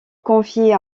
confiée